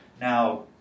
Now